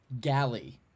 galley